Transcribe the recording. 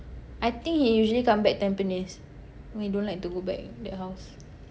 I think he usually come back Tampines he don't like to go back that house